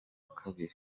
kabiri